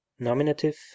Nominative